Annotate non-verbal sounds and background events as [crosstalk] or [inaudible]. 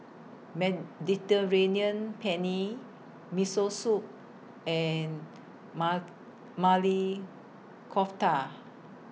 Mediterranean Penne Miso Soup and [unintelligible] Maili Kofta